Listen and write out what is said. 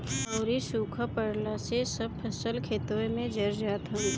अउरी सुखा पड़ला से सब फसल खेतवे में जर जात हवे